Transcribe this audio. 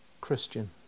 Christian